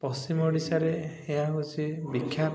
ପଶ୍ଚିମ ଓଡ଼ିଶାରେ ଏହା ହେଉଛି ବିଖ୍ୟାତ